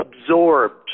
absorbed